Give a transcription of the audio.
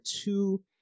two